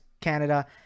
Canada